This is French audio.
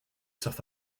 surf